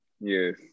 Yes